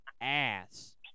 ass